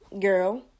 girl